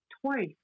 twice